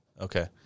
Okay